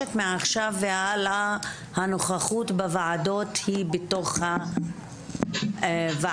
מבקשת מעכשיו והלאה הנוכחות בוועדות היא בתוך הוועדה.